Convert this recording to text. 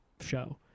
show